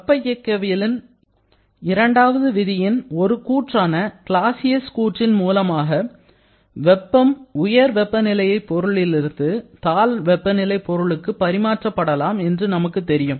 வெப்ப இயக்கவியலின் இரண்டாவது விதியின் ஒரு கூட்டான கிளாசியஸ் மூலமாக வெப்பம் உயர் வெப்பநிலை பொருளிலிருந்து தாழ் வெப்பநிலை பொருளுக்கு பரி மாற்றப்படலாம் என்று நமக்கு தெரியும்